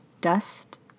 dust